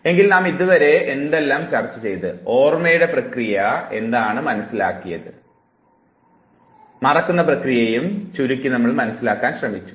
എങ്കിൽ ഇതുവരെ നാം എന്തെല്ലാമാണ് ചർച്ച ചെയ്തത് ഓർമ്മയുടെ പ്രക്രിയ എന്താണെന്ന് മനസ്സിലാക്കാൻ നാം ശ്രമിച്ചു മറക്കുന്ന പ്രക്രിയയെയും ചുരുക്കി മനസ്സിലാക്കുവാനും നാം ശ്രമിച്ചു